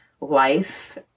life